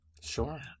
Sure